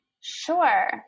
Sure